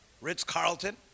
Ritz-Carlton